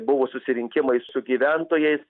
buvo susirinkimai su gyventojais